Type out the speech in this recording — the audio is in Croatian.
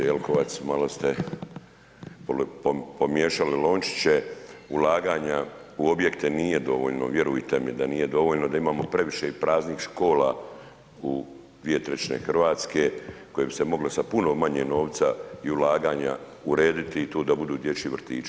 Kolegice Jelkovac, malo ste pomiješali lončiće, ulaganja u objekte, nije dovoljno, vjerujte mi da nije dovoljno, da imamo previše i praznih škola u 2/3 Hrvatske, koje bi se mogle i sa puno manje novca i ulaganja urediti i to da budu dječji vrtići.